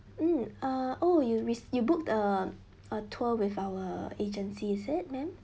mm uh oh you ris~ you booked a a tour with our agency is it madam